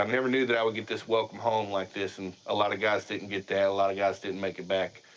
um never knew that i would get this welcome home like this. and a lot of guys didn't get that. a lot of guys didn't make it back,